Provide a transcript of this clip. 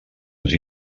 ens